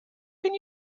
can